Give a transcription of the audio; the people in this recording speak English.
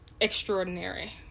extraordinary